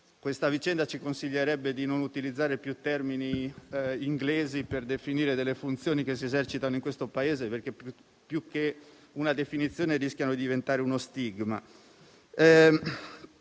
Questa vicenda ci consiglierebbe di non utilizzare più termini inglesi per definire delle funzioni che si esercitano in questo Paese perché, più che una definizione, rischiano di diventare uno stigma.